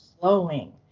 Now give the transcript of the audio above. Flowing